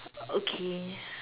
okay